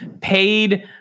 paid